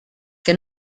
que